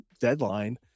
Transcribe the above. deadline